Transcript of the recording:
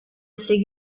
ses